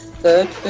third